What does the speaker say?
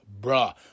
bruh